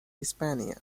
hispania